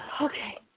okay